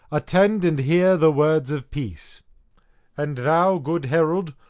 attend and hear the words of peace and thou, good herald,